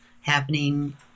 happening